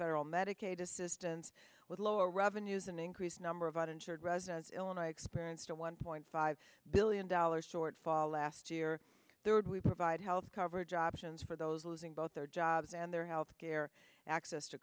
federal medicaid assistance with low revenues an increased number of uninsured residents illinois experienced a one point five billion dollars shortfall last year they would provide health coverage options for those losing both their jobs and their health care access to